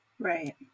Right